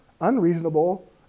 unreasonable